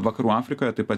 vakarų afrikoje taip pat